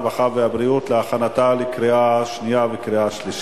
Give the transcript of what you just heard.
הרווחה והבריאות להכנתה לקריאה שנייה ולקריאה שלישית.